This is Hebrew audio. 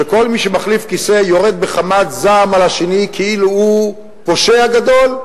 שכל מי שמחליף כיסא יורד בחמת זעם על השני כאילו הוא פושע גדול,